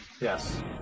Yes